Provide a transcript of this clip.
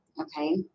Okay